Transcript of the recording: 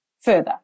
further